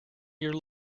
your